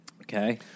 Okay